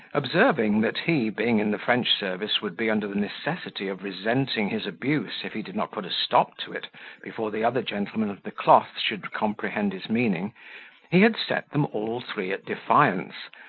observing, that he, being in the french service, would be under the necessity of resenting his abuse if he did not put a stop to it before the other gentlemen of the cloth should comprehend his meaning he had set them all three at defiance,